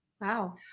Wow